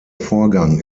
vorgang